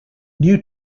new